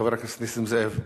חבר הכנסת נסים זאב,